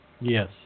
Yes